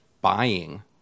buying